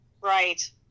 right